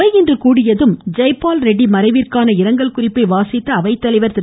அவை இன்று கூடியதும் ஜெயபால் ரெட்டி மறைவிற்கான இரங்கல் குறிப்பை வாசித்த அவை தலைவர் திரு